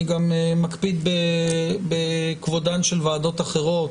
אני גם מקפיד בכבודן של ועדות אחרות,